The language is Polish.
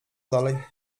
dalej